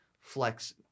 flex